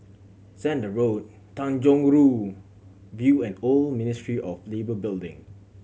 Zehnder Road Tanjong Rhu View and Old Ministry of Labour Building